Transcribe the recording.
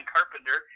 Carpenter